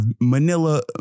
manila